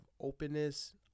openness